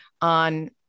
on